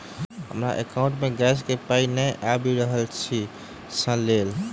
हमरा एकाउंट मे गैस केँ पाई नै आबि रहल छी सँ लेल?